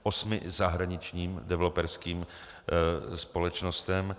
, osmi zahraničním developerským společnostem.